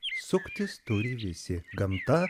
suktis turi visi gamta